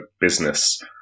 business